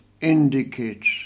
indicates